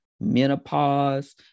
menopause